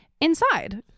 inside